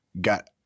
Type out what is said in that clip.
got